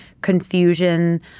confusion